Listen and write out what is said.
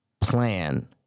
plan